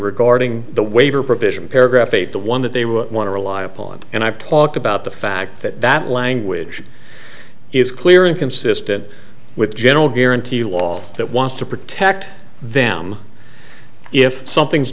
regarding the waiver provision paragraph eight the one that they want to rely upon and i've talked about the fact that that language is clear and consistent with general guarantee law that wants to protect them if something's